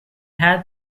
had